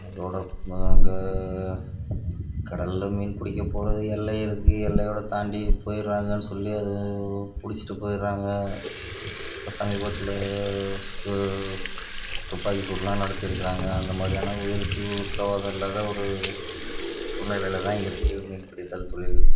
அதோடு ம அங்கே கடலில் மீன் பிடிக்க போவது எல்லை இருக்குது எல்லையோடு தாண்டி போயிடறாங்கன்னு சொல்லி அது பிடிச்சிட்டு போயிடறாங்க இப்போ சமீபத்தில் ஸ் துப்பாக்கி சூடெலாம் நடத்திருக்கிறாங்க அந்த மாதிரியான உயிருக்கு உத்திரவாதம் இல்லாத ஒரு சூழ்நிலையில் தான் இருக்குது மீன் பிடித்தல் தொழில்